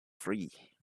free